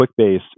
QuickBase